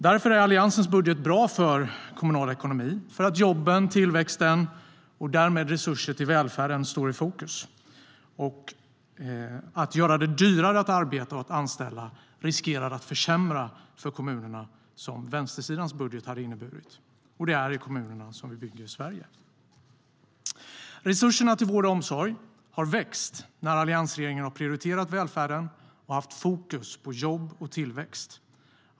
Därför är Alliansens budget bra för kommunal ekonomi. Jobben, tillväxten och därmed resurser till välfärden står nämligen i fokus. Att göra det dyrare att arbeta och anställa riskerar att försämra för kommunerna vilket vänstersidans budget hade inneburit. Och det är i kommunerna som vi bygger Sverige. Resurserna till vård och omsorg har vuxit när alliansregeringen har prioriterat välfärden och haft fokus på jobb och tillväxt.